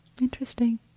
interesting